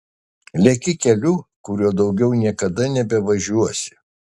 leki keliu kuriuo daugiau niekada nebevažiuosi